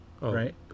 right